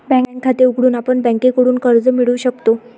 bank खाते उघडून आपण बँकेकडून कर्ज मिळवू शकतो